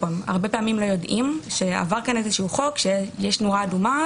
הרבה פעמים הם לא יודעים שעבר פה חוק שיש נורה אדומה,